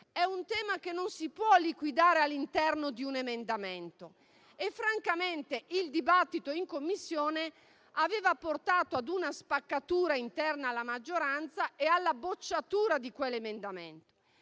un tema serio, che non si può liquidare all'interno di un emendamento. Francamente, il dibattito in Commissione aveva portato ad una spaccatura interna alla maggioranza e alla bocciatura di quell'emendamento.